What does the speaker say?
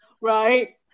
right